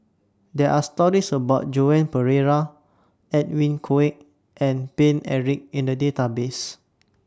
There Are stories about Joan Pereira Edwin Koek and Paine Eric in The Database